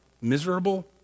miserable